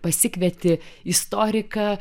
pasikvieti istoriką